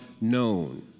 Known